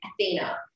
Athena